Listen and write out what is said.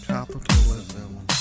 Capitalism